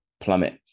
plummet